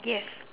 yes